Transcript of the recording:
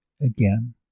Again